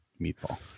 meatball